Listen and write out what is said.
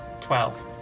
Twelve